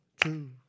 two